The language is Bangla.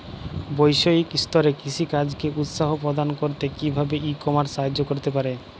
বৈষয়িক স্তরে কৃষিকাজকে উৎসাহ প্রদান করতে কিভাবে ই কমার্স সাহায্য করতে পারে?